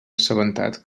assabentat